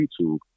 YouTube